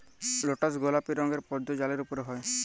lotus গলাপি রঙের পদ্দ জালের উপরে হ্যয়